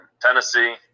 Tennessee